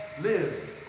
live